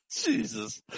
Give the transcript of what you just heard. Jesus